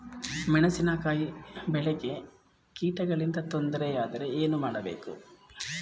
ಮೆಣಸಿನಕಾಯಿ ಬೆಳೆಗೆ ಕೀಟಗಳಿಂದ ತೊಂದರೆ ಯಾದರೆ ಏನು ಮಾಡಬೇಕು?